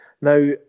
Now